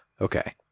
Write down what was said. okay